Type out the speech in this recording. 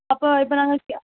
அப்போ இப்போ நாங்கள்